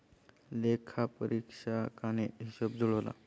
लेखापरीक्षकाने हिशेब जुळवला